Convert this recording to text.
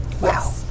Wow